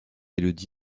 élodie